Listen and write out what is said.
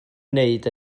wneud